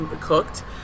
cooked